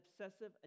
obsessive